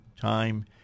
time